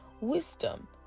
wisdom